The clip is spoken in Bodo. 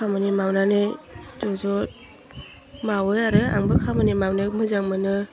खामानि मावनानै ज' ज' मावो आरो आंबो खामानि मावनायाव मोजां मोनो